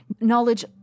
Knowledge